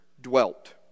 dwelt